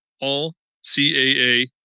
All-CAA